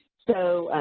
so,